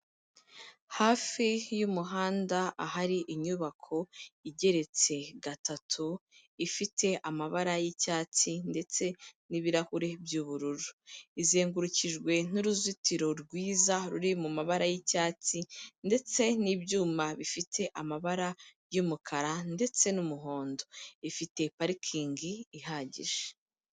Hafi y'umuhanda ahari inyubako igeretse gatatu, ifite amabara y'icyatsi ndetse n'ibirahure by'ubururu. Izengurukijwe n'uruzitiro rwiza ruri mu mabara y'icyatsi ndetse n'ibyuma bifite amabara y'umukara ndetse n'umuhondo. Ifite parikingi ihagije.